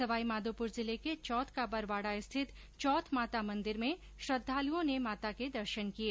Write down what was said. सवाईमाधोपुर जिले के चौथ का बरवाडा स्थित चौथ माता मंदिर में श्रद्धालुओं ने माता के दर्शन किए